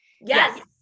Yes